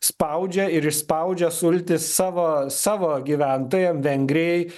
spaudžia ir išspaudžia sultis savo savo gyventojam vengrijai